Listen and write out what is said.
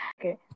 Okay